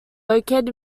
located